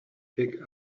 pick